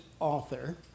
author